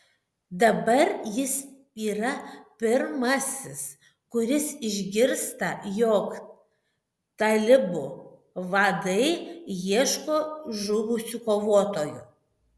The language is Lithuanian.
dabar jis yra pirmasis kuris išgirsta jog talibų vadai ieško žuvusių kovotojų